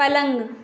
पलङ्ग